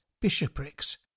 bishoprics